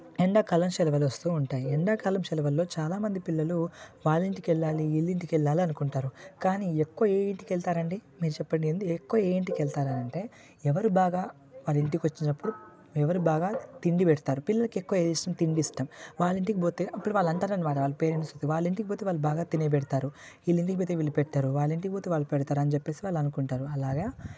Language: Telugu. ఎండాకాలం సెలవులు వస్తు ఉంటాయి ఎండాకాలం సెలవులలో చాలామంది పిల్లలు వాళ్ళ ఇంటికి వెళ్ళాలి వీళ్ళ ఇంటికి వెళ్ళాలి అని అనుకుంటారు కానీ ఎక్కువగా ఏ ఇంటికి వెళ్తారండి నిజం చెప్పండి ఎక్కువ ఏ ఇంటికి వెళ్తారంటే ఎవరు బాగా మన ఇంటికి వచ్చినప్పుడు ఎవరు బాగా తిండి పెడతారు పిల్లలకి ఎక్కువగా ఏమి ఇష్టం తిండి ఇష్టం వాళ్ళ ఇంటికి పోతే అప్పుడు వాళ్ళు అంటారన్నమాట వాళ్ళ పేరెంట్స్ వాళ్ళ ఇంటికి పోతే వాళ్ళు బాగా తిని పెడతారు వీళ్ళ ఇంటికి పోతే వీళ్ళు పెట్టరు వాళ్ళ ఇంటికి పోతే వాళ్ళు పెడతారు అని చెప్పేసి వాళ్ళు అనుకుంటారు అలాగా